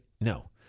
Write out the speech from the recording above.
No